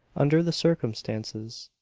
under the circumstances.